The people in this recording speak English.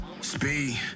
speed